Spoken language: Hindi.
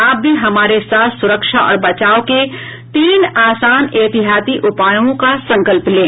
आप भी हमारे साथ सुरक्षा और बचाव के तीन आसान एहतियाती उपायों का संकल्प लें